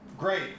Great